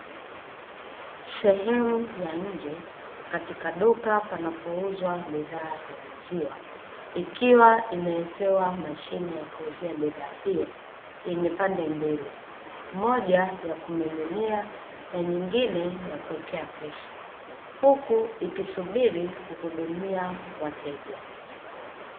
Sehemu ya nje katika duka panapouzwa bidhaa ya maziwa, ikiwa imewekewa mashine ya kuuzia bidhaa hiyo yenye pande mbili; moja ya kumiminia, na nyengine ya kuwekea pesa. Huku ikisubiri kuhudumia wateja.